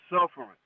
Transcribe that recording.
suffering